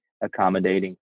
accommodating